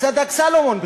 יצא דג סלמון בכלל.